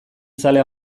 zale